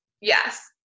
Yes